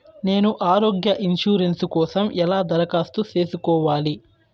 నేను ఆరోగ్య ఇన్సూరెన్సు కోసం ఎలా దరఖాస్తు సేసుకోవాలి